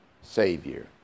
savior